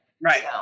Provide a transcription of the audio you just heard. Right